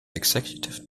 executive